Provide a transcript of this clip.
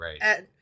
right